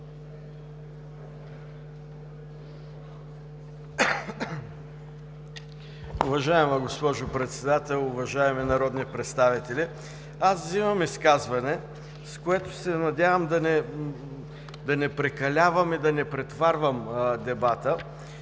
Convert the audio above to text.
Уважаема госпожо Председател, уважаеми народни представители! Взимам изказване, с което се надявам да не прекалявам и да не претоварвам дебата.